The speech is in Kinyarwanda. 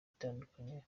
itandukanye